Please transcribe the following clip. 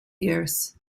years